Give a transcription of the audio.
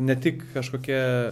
ne tik kažkokie